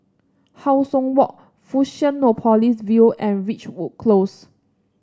How Sun Walk Fusionopolis View and Ridgewood Close